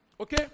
Okay